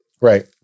Right